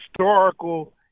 historical